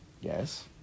Yes